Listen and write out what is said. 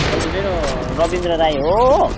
हजुर मेरो रवीन्द्र राई हो हो